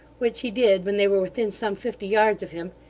which he did when they were within some fifty yards of him,